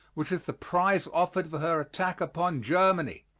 which is the prize offered for her attack upon germany.